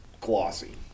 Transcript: glossy